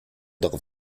darauf